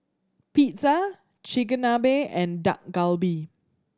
Pizza Chigenabe and Dak Galbi